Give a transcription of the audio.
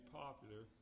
popular